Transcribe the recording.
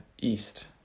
East